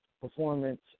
performance